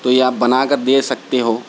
تو یہ آپ بنا کر دے سکتے ہو